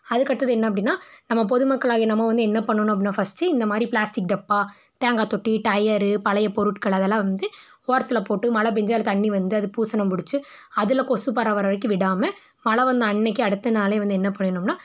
அதுக்கடுத்தது என்ன அப்படின்னா நம்ம பொது மக்களாகிய நம்ம வந்து என்ன பண்ணணும் அப்புடின்னா ஃபஸ்ட்டு இந்தமாதிரி பிளாஸ்டிக் டப்பா தேங்காய்த் தொட்டி டயரு பழைய பொருட்கள் அதெல்லாம் வந்து ஓரத்தில் போட்டு மழை பேய்ஞ்சா அதில் தண்ணி வந்து அது பூசணம் பிடிச்சி அதில் கொசு பரவுற வரைக்கும் விடாமல் மழை வந்த அன்னைக்கோ அடுத்து நாளோ வந்து என்ன பண்ணிடணும்னா